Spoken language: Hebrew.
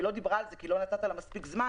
היא לא דיברה על זה כי לא נתת לה מספיק זמן.